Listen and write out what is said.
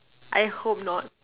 I hope not